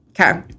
okay